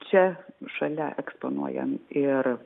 čia šalia eksponuojam ir